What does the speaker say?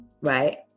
right